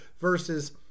versus